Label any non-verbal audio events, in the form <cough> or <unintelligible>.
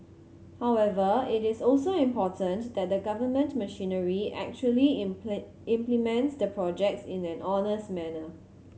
however it is also important that the government machinery actually <unintelligible> implements the projects in an honest manner